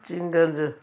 Ching's